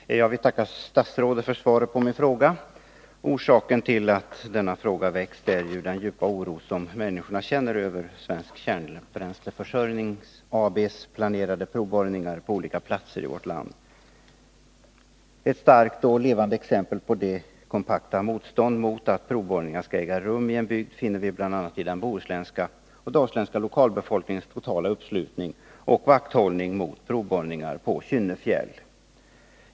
Herr talman! Jag vill tacka statsrådet för svaret på min fråga. Orsaken till att denna fråga ställts är den djupa oro som människorna känner över Svensk Kärnbränsleförsörjning AB:s planerade provborrningar på olika platser i vårt land. Ett starkt och levande exempel på det kompakta motstånd mot att provborrningar skall äga rum i en bygd finner vi bl.a. i den bohuslänska och dalslänska lokalbefolkningens totala uppslutning och vakthållning mot provborrningar på Kynnefjäll.